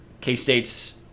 K-State's